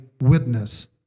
witness